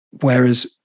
Whereas